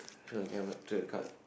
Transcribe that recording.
turn the camera to the card